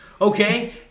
okay